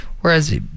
Whereas